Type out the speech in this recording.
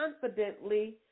confidently